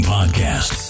Podcast